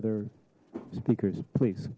other speakers please